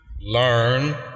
learn